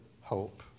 hope